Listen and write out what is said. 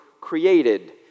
created